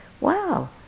Wow